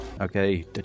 Okay